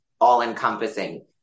all-encompassing